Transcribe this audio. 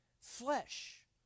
flesh